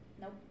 Nope